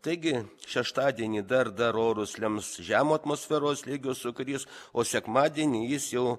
taigi šeštadienį dar dar orus lems žemo atmosferos slėgio sūkurys o sekmadienį jis jau